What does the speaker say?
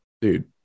dude